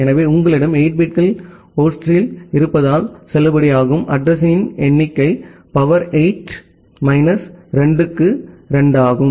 எனவே உங்களிடம் 8 பிட்கள் ஹோஸ்டில் இருப்பதால் செல்லுபடியாகும் அட்ரஸிங்யின் எண்ணிக்கை சக்தி 8 மைனஸ் 2 க்கு 2 ஆகும்